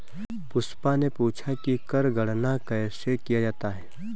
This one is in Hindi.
पुष्पा ने पूछा कि कर गणना कैसे किया जाता है?